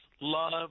love